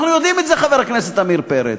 אנחנו יודעים את זה, חבר הכנסת עמיר פרץ,